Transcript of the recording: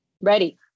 Ready